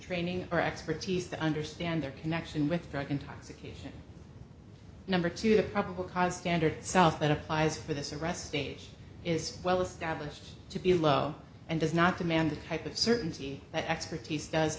training or expertise to understand their connection with drug intoxication number two the probable cause standard itself that applies for this arrest stage is well established to be low and does not demand the type of certainty that expertise does